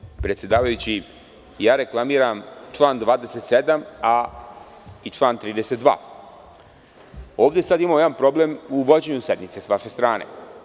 Poštovani predsedavajući, reklamiram član 27. i član 32. ovde sad imamo jedan problem u vođenju sednice sa vaše strane.